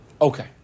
Okay